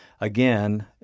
again